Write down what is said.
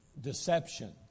deception